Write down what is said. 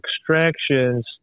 extractions